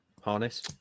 Harness